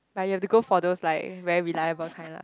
like you have to go for those like very reliable kind lah